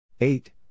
Eight